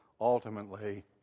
ultimately